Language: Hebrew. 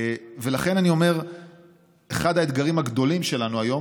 לכן אני אומר שאחד האתגרים הגדולים שלנו היום